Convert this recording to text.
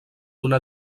una